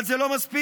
אבל זה לא מספיק.